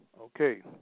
Okay